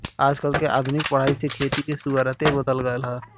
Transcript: आजकल के आधुनिक पढ़ाई से खेती के सुउरते बदल गएल ह